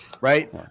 Right